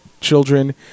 children